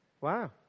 wow